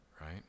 right